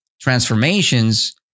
transformations